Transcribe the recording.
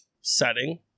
setting